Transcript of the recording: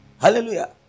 hallelujah